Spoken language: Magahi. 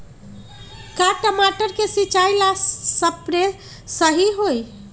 का टमाटर के सिचाई ला सप्रे सही होई?